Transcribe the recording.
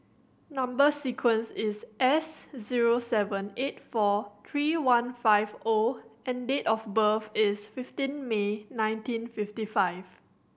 number sequence is S zero seven eight four three one five O and date of birth is fifteen May nineteen fifty five